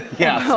yeah.